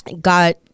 got